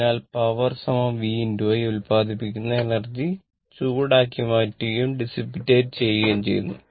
അതിനാൽ power v I ഉൽപാദിപ്പിക്കുന്ന energy ചൂടാക്കി മാറ്റുകയും ഡിസിപ്പേറ്റ ചെയുകയും ചെയ്യുന്നു